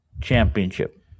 championship